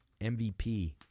MVP